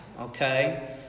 okay